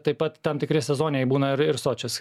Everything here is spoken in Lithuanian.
taip pat tam tikri sezoniniai būna ir ir sočis